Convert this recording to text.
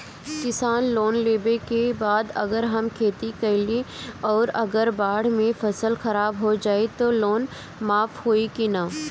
किसान लोन लेबे के बाद अगर हम खेती कैलि अउर अगर बाढ़ मे फसल खराब हो जाई त लोन माफ होई कि न?